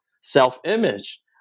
self-image